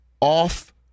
off